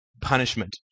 punishment